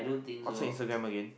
what fake Instagram again